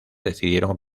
decidieron